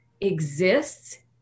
exists